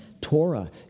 Torah